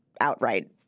outright